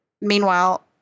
Meanwhile